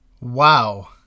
Wow